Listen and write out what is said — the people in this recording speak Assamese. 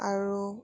আৰু